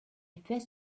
effet